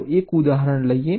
ચાલો એક ઉદાહરણ લઈએ